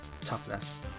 toughness